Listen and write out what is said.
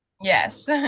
Yes